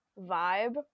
vibe